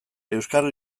euskal